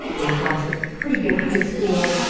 they've gone to a pretty good high school.